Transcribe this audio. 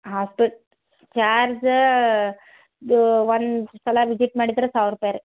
ಆತು ಚಾರ್ಜ್ ಇದು ಒಂದು ಸಲ ವಿಜಿಟ್ ಮಾಡಿದ್ರೆ ಸಾವಿರ ರೂಪಾಯಿ ರೀ